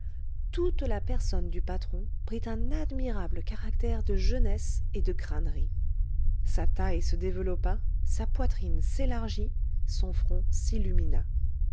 toute la personne du patron prit un admirable caractère de jeunesse et de crânerie sa taille se développa sa poitrine s'élargit son front s'illumina